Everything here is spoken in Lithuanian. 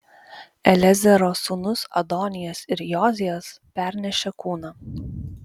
eliezero sūnūs adonijas ir jozijas pernešė kūną